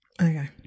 Okay